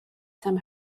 some